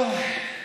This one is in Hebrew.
אוי.